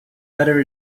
better